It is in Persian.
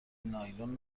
نایلون